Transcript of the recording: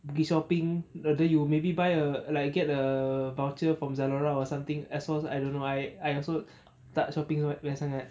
pergi shopping rather you maybe buy a like get err voucher from zalora or something as long as I don't know I I also tak shopping banyak sangat